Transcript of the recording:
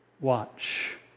watch